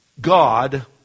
God